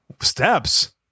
Steps